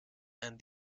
and